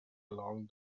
along